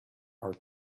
are